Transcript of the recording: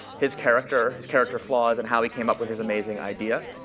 his character, his character flaws and how he came up with his amazing idea.